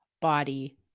body